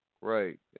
Right